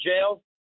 jail